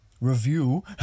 Review